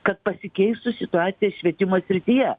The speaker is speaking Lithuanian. kad pasikeistų situacija švietimo srityje